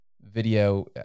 video